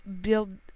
build